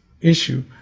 issue